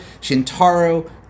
Shintaro